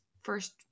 first